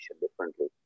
differently